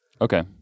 Okay